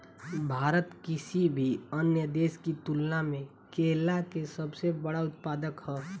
भारत किसी भी अन्य देश की तुलना में केला के सबसे बड़ा उत्पादक ह